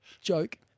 joke